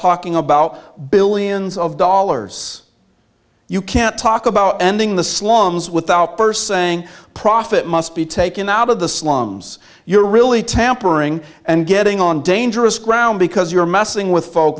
talking about billions of dollars you can't talk about ending the slums without first saying profit must be taken out of the slums you're really tampering and getting on dangerous ground because you're messing with folk